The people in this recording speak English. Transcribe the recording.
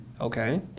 Okay